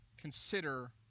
consider